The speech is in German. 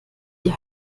die